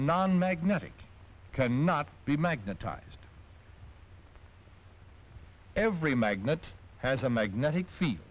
non magnetic cannot be magnetized every magnet has a magnetic f